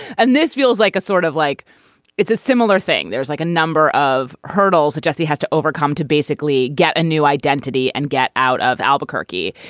and this feels like a sort of like it's a similar thing. there's like a number of hurdles that jesse has to overcome to basically get a new identity and get out of albuquerque.